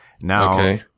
Now